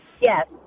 Yes